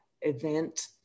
event